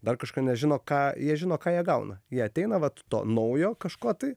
dar kažką nes žino ką jie žino ką jie gauna jie ateina vat to naujo kažko tai